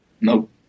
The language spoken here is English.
Nope